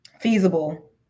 feasible